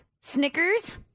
Snickers